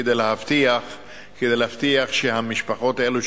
כדי להבטיח שהמשפחות האלו,